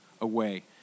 away